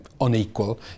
unequal